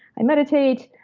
i meditate.